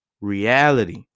Reality